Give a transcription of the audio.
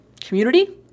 community